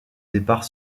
départ